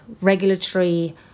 regulatory